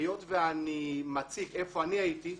היות ואני מציג היכן אני הייתי,